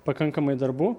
pakankamai darbų